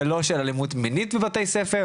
ולא של אלימות מינית בבתי ספר,